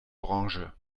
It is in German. branche